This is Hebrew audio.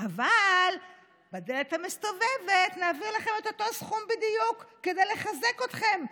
אבל בדלת המסתובבת נעביר לכם את אותו סכום בדיוק כדי לחזק אתכם,